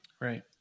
Right